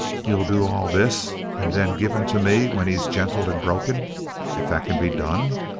you'll do all this and then give him to me when he's gentled and broken if that can be done?